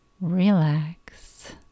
relax